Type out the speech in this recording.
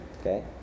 Okay